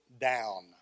down